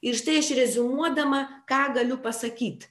ir štai aš reziumuodama ką galiu pasakyt